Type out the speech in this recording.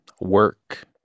work